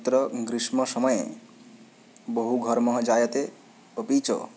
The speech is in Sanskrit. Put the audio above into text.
तत्र ग्रीष्मसमये बहुघर्मः जायते अपि च